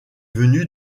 venu